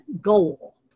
goal